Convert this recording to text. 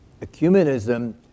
ecumenism